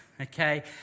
okay